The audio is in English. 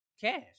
cash